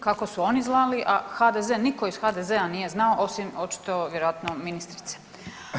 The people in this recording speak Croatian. Kako su oni znali, a HDZ nitko iz HDZ-a nije znao osim očito vjerojatno ministrice.